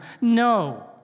no